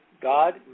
God